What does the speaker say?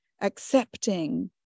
accepting